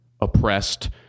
oppressed